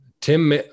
Tim